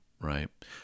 right